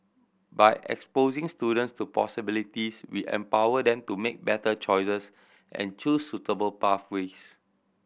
by exposing students to possibilities we empower them to make better choices and choose suitable pathways